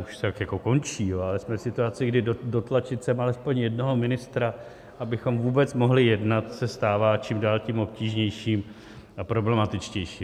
už tak jako končí ale jsme v situaci, kdy dotlačit sem alespoň jednoho ministra, abychom vůbec mohli jednat, se stává čím dál tím obtížnější a problematičtější.